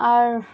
আর